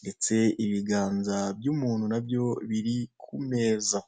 ndetse ibiganza by'umuntu nabyo biri ku meza.